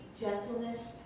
gentleness